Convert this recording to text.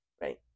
Right